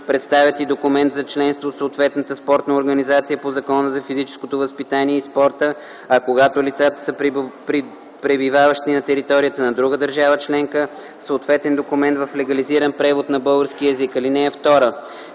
представят и документ за членство от съответната спортна организация по Закона за физическото възпитание и спорта, а когато лицата са пребиваващи на територията на друга държава членка – съответен документ в легализиран превод на български език. (2)